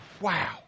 wow